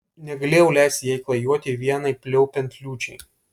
negalėjau leisti jai klajoti vienai pliaupiant liūčiai